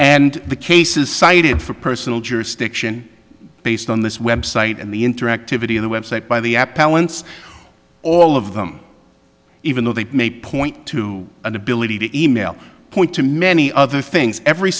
and the cases cited for personal jurisdiction based on this website and the interactivity of the website by the app balance all of them even though they may point to an ability to email point to many other things every